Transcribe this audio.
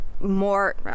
more